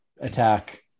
attack